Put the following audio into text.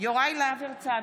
יוראי להב הרצנו,